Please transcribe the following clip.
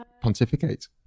pontificate